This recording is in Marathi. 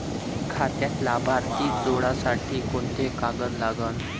खात्यात लाभार्थी जोडासाठी कोंते कागद लागन?